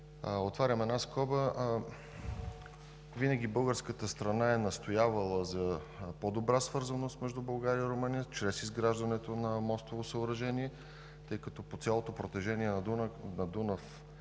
Отварям една скоба – винаги българската страна е настоявала за по-добра свързаност между България и Румъния чрез изграждането на мостово съоръжение, тъй като по цялото протежение на Дунав